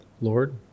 Lord